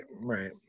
Right